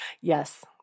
Yes